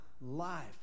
life